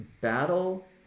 battle